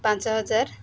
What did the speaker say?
ପାଞ୍ଚ ହଜାର